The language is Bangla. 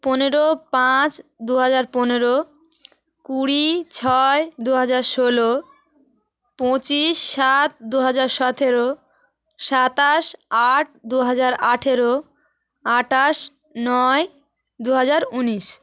পনেরো পাঁচ দু হাজার পনেরো কুড়ি ছয় দু হাজার ষোলো পঁচিশ সাত দু হাজার সতেরো সাতাশ আট দু হাজার আঠেরো আঠাশ নয় দু হাজার ঊনিশ